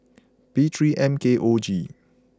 P three M K O G